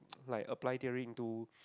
like apply theory into